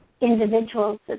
individuals